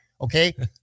Okay